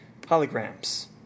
holograms